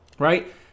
Right